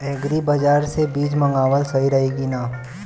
Agri बाज़ार से बीज मंगावल सही रही की ना?